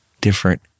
different